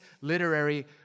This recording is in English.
literary